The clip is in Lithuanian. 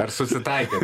ar susitaikė